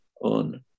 on